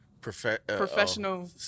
Professional